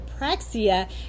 apraxia